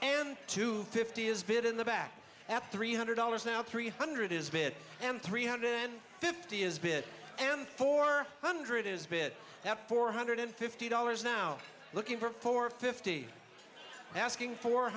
and two fifty is bid in the back at three hundred dollars now three hundred is bit and three hundred fifty is bid and four hundred is bid at four hundred fifty dollars now looking for four fifty asking four